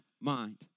mind